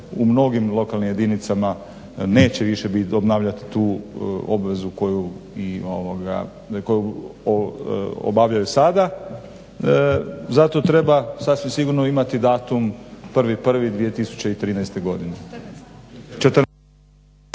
u mnogim lokalnim jedinicama neće više obnavljat tu obvezu koju obavljaju sada. Zato treba sasvim sigurno imati datum 1.1.2014. godine.